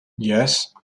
yes